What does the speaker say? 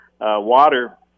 water